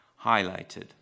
highlighted